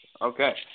Okay